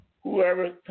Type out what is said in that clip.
whoever